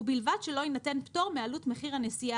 ובלבד שלא יינתן פטור מעלות מחיר הנסיעה